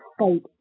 state